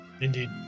Indeed